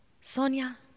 Sonia